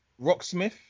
Rocksmith